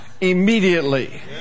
immediately